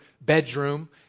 bedroom